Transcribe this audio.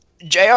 Jr